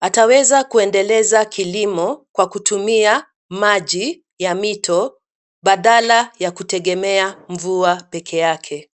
Ataweza kuendeleza kilimo kwa kutumia maji ya mito badala ya kutegemea mvua peke yake.